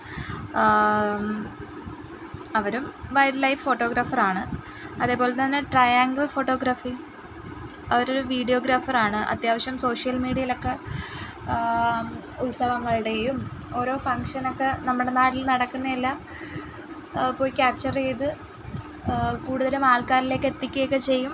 അവരും wildlife photographer ആണ് അതേപോലെ തന്നെ ട്രയാങ്കിൾ ഫോട്ടോഗ്രാഫി അവർ ഒരു വീഡിയോഗ്രാഫർ ആണ് അത്യാവശ്യം സോഷ്യൽ മീഡിയയിൽ ഒക്കെ ഉത്സവങ്ങളുടേയും ഓരോ ഫംഗ്ഷൻ ഒക്കെ നമ്മുടെ നാട്ടിൽ നടക്കുന്നതെല്ലാം പോയി ക്യാപ്ച്ചർ ചെയ്ത് കൂടുതലും ആൾക്കാരിലേക്ക് എത്തിക്കുക ഒക്കെ ചെയ്യും